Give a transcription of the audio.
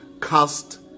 cast